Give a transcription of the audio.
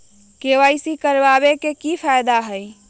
KYC करवाबे के कि फायदा है?